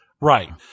Right